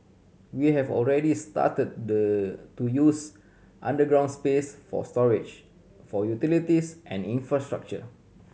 we have already started the to use underground space for storage for utilities and infrastructure